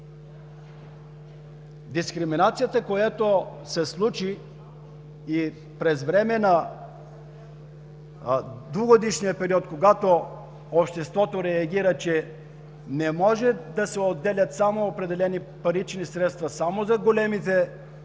дискриминация, която се случи по време на двугодишния период. Обществото реагира, че не може да се отделят определени парични средства само за големите жилищни